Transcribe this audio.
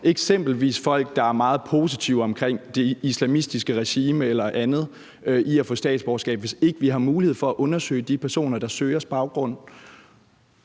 eksempelvis folk, der er meget positive omkring det islamistiske regime eller andet, i at få statsborgerskab, hvis ikke vi har mulighed for at undersøge baggrunden hos de